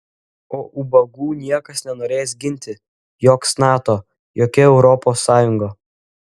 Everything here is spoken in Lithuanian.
o ubagų niekas nenorės ginti joks nato jokia europos sąjunga